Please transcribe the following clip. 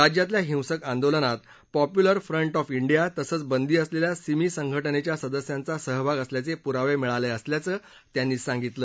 राज्यातल्या हिंसक आंदोलनात पॉप्युलर फ्रंट ऑफ इंडिया तसंच बंदी असलल्खा सिमी संघटनच्या सदस्याचा सहभाग असल्याच पुराव भिळाल असल्याचं त्यांनी सांगितलं